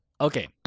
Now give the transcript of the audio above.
Okay